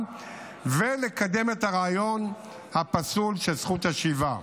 ולקדם את הרעיון הפסול של זכות השיבה.